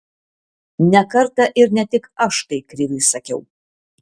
ne kartą ir ne tik aš tai kriviui sakiau